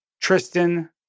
Tristan